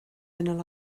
than